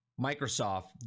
Microsoft